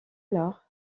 lors